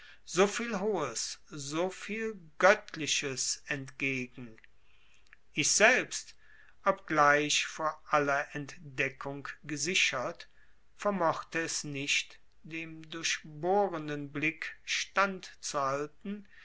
so viel hohes so viel göttliches entgegen ich selbst obgleich vor aller entdeckung gesichert vermochte es nicht dem durchbohrenden blick